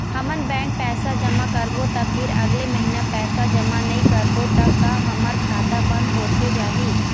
हमन बैंक पैसा जमा करबो ता फिर अगले महीना पैसा जमा नई करबो ता का हमर खाता बंद होथे जाही?